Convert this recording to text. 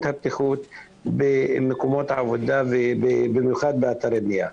לבטיחות במקומות העבודה ובמיוחד באתרי בנייה.